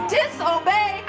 disobey